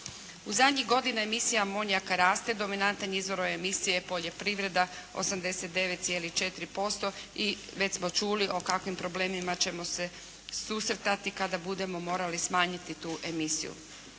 U zadnjih godina emisija amonijaka raste. Dominantan je izvoz ove emisije poljoprivreda 89,4% i već smo čuli o kakvim problemima ćemo se susretati kada budemo morali smanjiti tu emisiju,